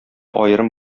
аерым